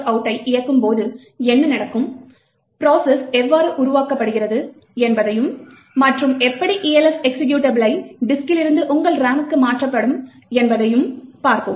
out ஐ இயக்கும்போது என்ன நடக்கும் ப்ரோசஸ் எவ்வாறு உருவாக்கப்படுகிறது என்பதையும் மற்றும் எப்படி Elf எக்சிகியூட்டபிளை டிஸ்கிலிருந்து உங்கள் ரேமுக்கு மாற்றப்படும் என்பதையும் பார்ப்போம்